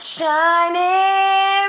shining